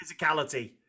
physicality